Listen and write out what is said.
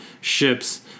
ships